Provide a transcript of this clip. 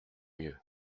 mieux